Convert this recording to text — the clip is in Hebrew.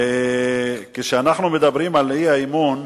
כשאנחנו מדברים על האי-אמון,